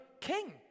king